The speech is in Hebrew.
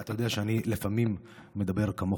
אתה יודע שאני לפעמים מדבר כמוך.